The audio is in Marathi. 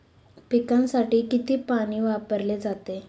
पिकांसाठी किती पाणी वापरले जाते?